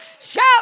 Shout